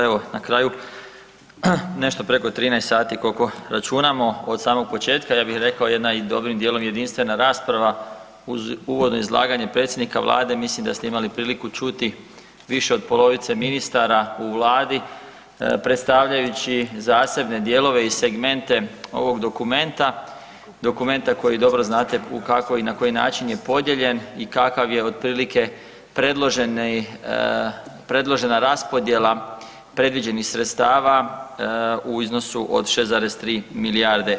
Evo na kraju nešto preko 13 sati koliko računamo od samog početka, ja bih rekao i jedna dobrim dijelom jedinstvena rasprava uz uvodno izlaganje predsjednika Vlade mislim da ste imali priliku čuti više od polovice ministara u Vladi, predstavljajući zasebne dijelove i segmente ovog dokumenta, dokumenta koji dobro znate kako i na koji način je podijeljen i kakav je otprilike predložena raspodjela predviđenih sredstava u iznosu od 6,3 milijarde.